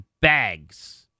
bags